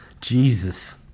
Jesus